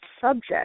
subject